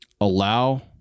Allow